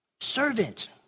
Servant